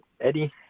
Eddie